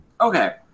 Okay